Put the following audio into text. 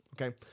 Okay